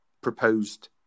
Proposed